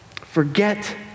forget